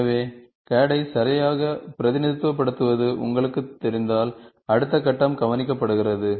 எனவேCAD ஐ சரியாக பிரதிநிதித்துவப்படுத்துவது உங்களுக்குத் தெரிந்தால் அடுத்த கட்டம் கவனிக்கப்படுகிறது